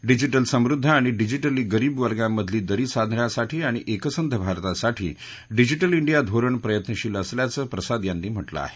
digital समृद्ध आणि digitally गरीब वर्गामधली दरी सांधण्यासाठी आणि एकसंघ भारतासाठी डिजिटल इंडिया धोरण प्रयत्नशील असल्याचं प्रसाद यांनी म्हटलं आहे